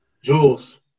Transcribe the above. Jules